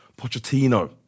Pochettino